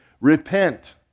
repent